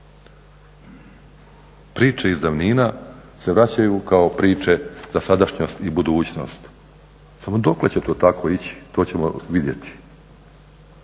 Priče iz davnina se vraćaju kao priče za sadašnjost i budućnost, samo dokle će to tako ići to ćemo vidjeti.